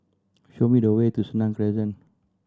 show me the way to Senang Crescent